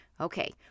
Okay